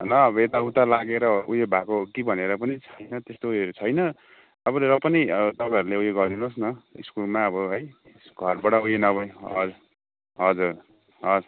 न अब यताउता लागेर उयो भएको हो कि भनेर पनि छैन त्यस्तो उयो छैन तपाईँले र पनि तपाईँहरूले उयो गरिदिनुहोस् न स्कुलमा अब है घरबाट उयो नभइ हजुर हजुर हजुर